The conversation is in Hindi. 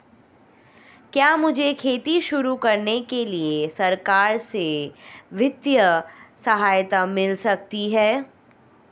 क्या मुझे खेती शुरू करने के लिए सरकार से वित्तीय सहायता मिल सकती है?